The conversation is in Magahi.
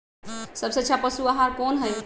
सबसे अच्छा पशु आहार कोन हई?